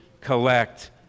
collect